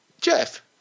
Jeff